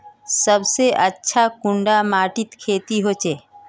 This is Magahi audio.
सबसे अच्छा कुंडा माटित खेती होचे?